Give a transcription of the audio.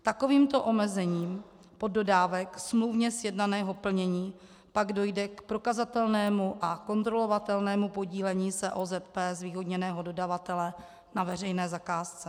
Takovýmto omezením poddodávek smluvně sjednaného plnění pak dojde k prokazatelnému a kontrolovatelnému podílení se OZP zvýhodněného dodavatele na veřejné zakázce.